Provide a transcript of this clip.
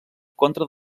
contra